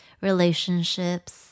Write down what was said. relationships